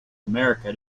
america